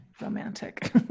romantic